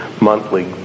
monthly